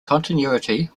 continuity